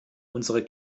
unsere